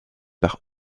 par